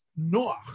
noach